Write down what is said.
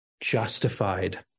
justified